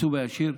מהתקצוב הישיר,